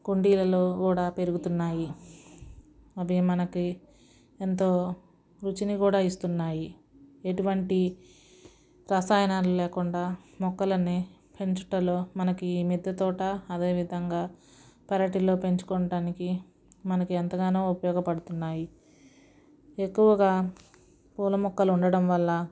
కుండీలలో కూడా పెరుగుతున్నాయి అది మనకి ఎంతో రుచిని కూడా ఇస్తున్నాయి ఎటువంటి రసాయనాలు లేకుండా మొక్కలని పెంచడంలో మనకి మిద్ది తోట అదేవిధంగా పెరటిలో పెంచుకోవడానికి మనకు ఎంతగానో ఉపయోగపడుతున్నాయి ఎక్కువగా పూల మొక్కలు ఉండటం వల్ల